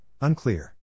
unclear